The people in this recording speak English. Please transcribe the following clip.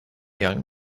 young